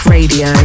Radio